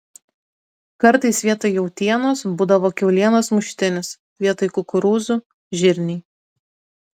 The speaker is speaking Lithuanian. kartais vietoj jautienos būdavo kiaulienos muštinis vietoj kukurūzų žirniai